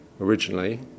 originally